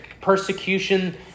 persecution